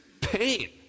pain